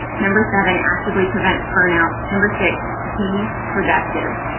number seven, actively prevent burnout. number six, be productive.